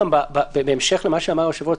בהמשך למה שאמר היושב-ראש,